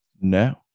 No